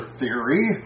theory